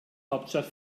hauptstadt